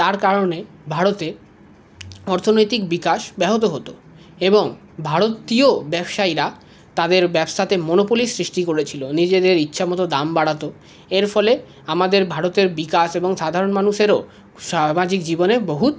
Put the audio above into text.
তার কারণে ভারতের অর্থনৈতিক বিকাশ ব্যাহত এবং ভারতীয় ব্যবসায়ীরা তাদের ব্যবসাতে মনোপলি সৃষ্টি করেছিল নিজেদের ইচ্ছা মতো দাম বাড়াত এর ফলে আমাদের ভারতের বিকাশ সাধারণ মানুষেরও সামাজিক জীবনে বহুত